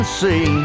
see